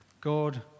God